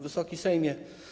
Wysoki Sejmie!